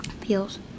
Peels